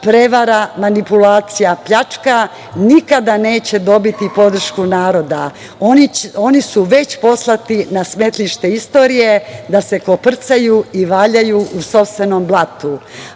prevara, manipulacija, pljačka nikada neće dobiti podršku naroda. Oni su već poslati na smetlište istorije da se koprcaju i valjaju u sopstvenom